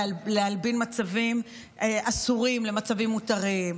להלבין מצבים אסורים למצבים מותרים,